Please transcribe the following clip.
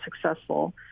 successful